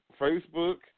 Facebook